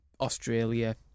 Australia